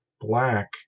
black